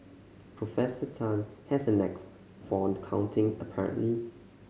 Professor Tan has a knack for the counting apparently